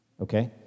okay